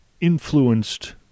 influenced